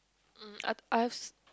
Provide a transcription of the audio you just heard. mm I I've s~